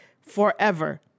forever